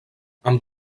amb